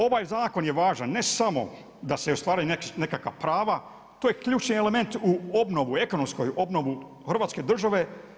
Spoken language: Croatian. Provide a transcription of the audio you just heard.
Ovaj zakon je važan, ne samo da se ostvaruje nekakva prava, to je ključni element u obnovi, ekonomskoj obnovi Hrvatske države.